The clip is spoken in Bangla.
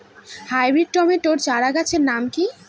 হাইব্রিড টমেটো চারাগাছের নাম কি?